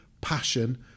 passion